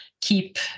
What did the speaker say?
keep